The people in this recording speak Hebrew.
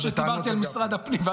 כמו כשדיברתי על משרד הפנים,